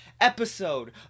episode